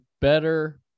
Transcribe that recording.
better